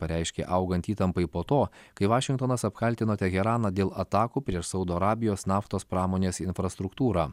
pareiškė augant įtampai po to kai vašingtonas apkaltino teheraną dėl atakų prieš saudo arabijos naftos pramonės infrastruktūrą